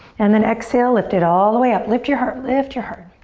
and then exhale, lift it all the way up. lift your heart, lift your heart.